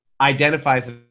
identifies